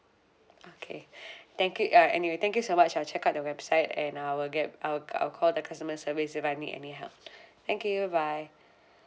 okay thank you ah anyway thank you so much I'll check out the website and I will get I'll c~ I'll call the customer service if I need any help thank you bye